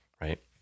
right